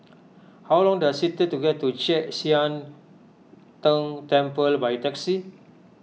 how long does it take to get to Chek Sian Tng Temple by taxi